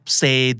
say